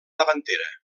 davantera